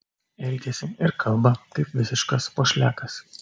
elgiasi ir kalba kaip visiškas pošliakas